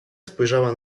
spojrzała